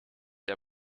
der